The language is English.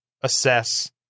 assess